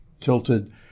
tilted